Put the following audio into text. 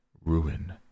ruin